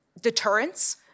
deterrence